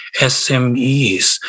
SMEs